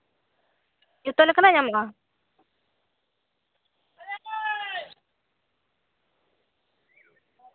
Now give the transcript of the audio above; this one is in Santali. ᱡᱚᱛᱚ ᱞᱮᱠᱟᱱᱟᱜ ᱧᱟᱢᱚᱜᱼᱟ